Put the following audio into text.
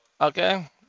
Okay